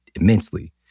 immensely